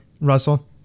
Russell